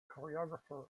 choreographer